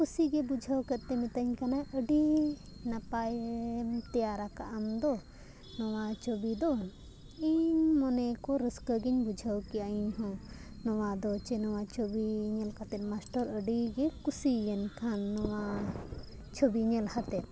ᱠᱩᱥᱤ ᱜᱮ ᱵᱩᱡᱷᱟᱹᱣ ᱠᱟᱛᱮᱫ ᱢᱤᱛᱟᱹᱧ ᱠᱟᱱᱟ ᱟᱹᱰᱤ ᱱᱟᱯᱟᱭ ᱛᱮᱭᱟᱨ ᱟᱠᱟᱜ ᱟᱢ ᱫᱚ ᱱᱚᱣᱟ ᱪᱷᱚᱵᱤ ᱫᱚ ᱤᱧ ᱢᱚᱱᱮ ᱠᱚ ᱨᱟᱹᱥᱠᱟᱹ ᱜᱤᱧ ᱵᱩᱡᱷᱟᱹᱣ ᱠᱮᱭᱟ ᱤᱧ ᱦᱚᱸ ᱱᱚᱣᱟ ᱫᱚ ᱪᱮᱫ ᱱᱚᱣᱟ ᱪᱷᱚᱵᱤ ᱧᱮᱞ ᱠᱟᱛᱮᱜ ᱢᱟᱥᱴᱟᱨ ᱟᱹᱰᱤ ᱜᱮ ᱠᱩᱥᱤᱭᱮᱱ ᱠᱷᱟᱱ ᱱᱚᱣᱟ ᱪᱷᱚᱵᱤ ᱧᱮᱞ ᱠᱟᱛᱮᱫ